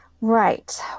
Right